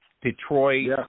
Detroit